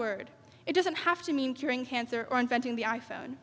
word it doesn't have to mean curing cancer or inventing the i phone